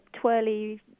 twirly